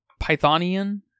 Pythonian